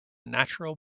natural